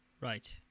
Right